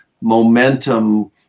momentum